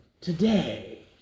today